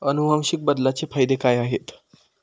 अनुवांशिक बदलाचे फायदे काय आहेत?